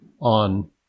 on